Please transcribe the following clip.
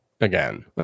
again